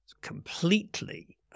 Completely